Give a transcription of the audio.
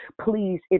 please